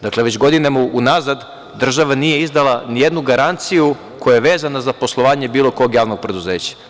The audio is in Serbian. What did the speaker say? Dakle, već godinama unazad država nije izdala nijednu garanciju koja je vezana za poslovanje bilo kog javnog preduzeća.